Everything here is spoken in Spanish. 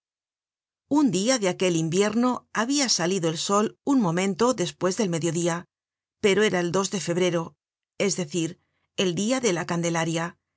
un dia de aquel invierno habia salido el sol un momento despues del mediodia pero era el de febrero es decir el dia de la candelaria